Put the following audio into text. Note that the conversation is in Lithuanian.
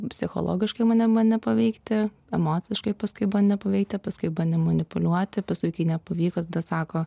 psichologiškai mane bandė paveikti emociškai paskui bandė paveikti o paskui bandė manipuliuoti paskui kai nepavyko tada sako